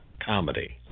comedy